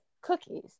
cookies